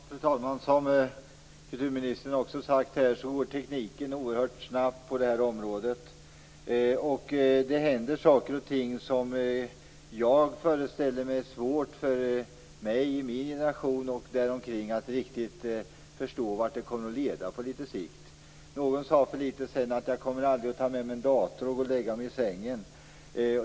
Fru talman! Tekniken går, som kulturministern sade, oerhört snabbt på det här området. Saker och ting händer som jag föreställer mig att det är svårt inte bara för mig utan också för andra i min generation och i åldern där omkring att riktigt förstå vart det hela på litet sikt leder. Någon sade för en tid sedan: Jag kommer aldrig att ta med mig en dator och gå och lägga mig i sängen.